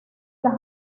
las